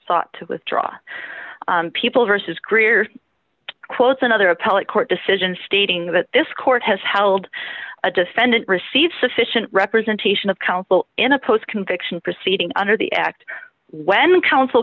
thought to withdraw people versus greer quotes another appellate court decision stating that this court has held a defendant receive sufficient representation of counsel in a post conviction proceeding under the act when coun